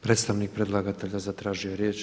Predstavnik predlagatelja zatražio je riječ.